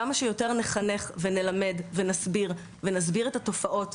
כמה שיותר לחנך וללמד ולהסביר את התופעות.